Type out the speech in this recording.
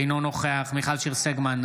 אינו נוכח מיכל שיר סגמן,